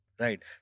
Right